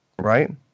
Right